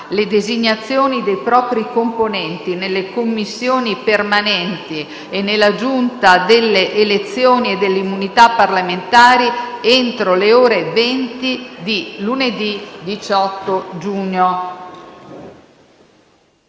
le designazioni dei propri componenti nelle Commissioni permanenti e nella Giunta delle elezioni e delle immunità parlamentari entro le ore 20 di lunedì 18 giugno.